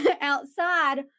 outside